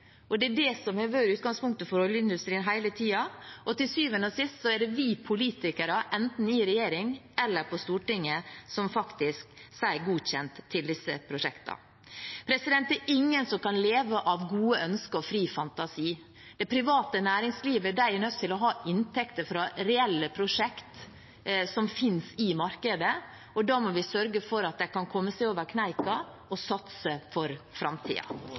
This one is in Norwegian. Det er det som har vært utgangspunktet for oljeindustrien hele tiden, og til syvende og sist er det vi politikere, enten i regjering eller på Stortinget, som faktisk sier godkjent til disse prosjektene. Det er ingen som kan leve av gode ønsker og fri fantasi. Det private næringslivet er nødt til å ha inntekter fra reelle prosjekter som finnes i markedet, og da må vi sørge for at de kan komme seg over kneika og satse for